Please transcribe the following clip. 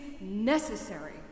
necessary